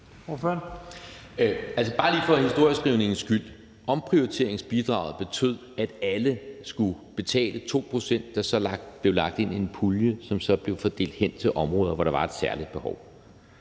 Bare lige for historieskrivningens skyld vil jeg påpege, at omprioriteringsbidraget betød, at alle skulle betale 2 pct., der så blev lagt ind i en pulje, som så blev fordelt til områder, hvor der var et særligt behov,